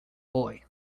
boy